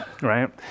right